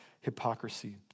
hypocrisy